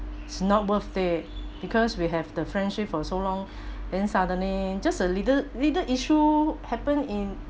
it's not worth it because we have the friendship for so long then suddenly just a little little issue happen in